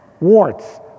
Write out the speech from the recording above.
Warts